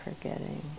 forgetting